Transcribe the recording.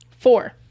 Four